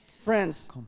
Friends